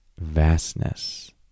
vastness